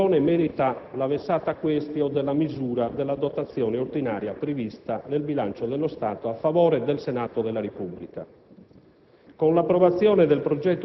Una prima doverosa riflessione merita la *vexata quaestio* della misura della dotazione ordinaria prevista nel bilancio dello Stato a favore del Senato della Repubblica.